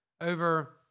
over